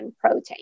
protein